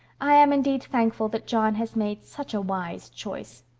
i am indeed thankful that john has made such a wise choice.